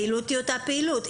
הפעילות היא אותה פעילות.